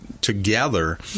together